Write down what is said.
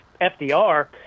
FDR